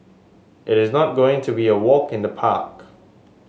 it is not going to be a walk in the park